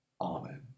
Amen